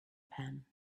pen